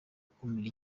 gukumira